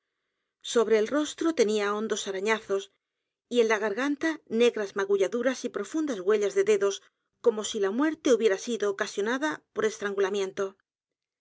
sobre el rostro tenía hondos arañazos y en la g a r g a n t a n e g r a s magulladuras y profundas huellas de dedos como si la muerte hubiera sido ocasionada por estrangulamiento